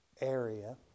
area